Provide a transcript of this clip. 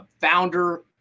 founder